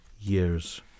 years